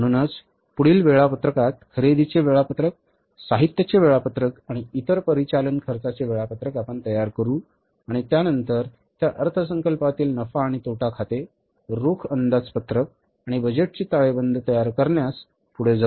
म्हणूनच पुढील वेळापत्रकात खरेदीचे वेळापत्रक साहित्याचे वेळापत्रक आणि इतर परिचालन खर्चाचे वेळापत्रक आपण तयार करू आणि त्यानंतर त्या अर्थसंकल्पातील नफा आणि तोटा खाते रोख अंदाजपत्रक आणि बजेटची ताळेबंद तयार करण्यास पुढे जाऊ